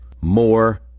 more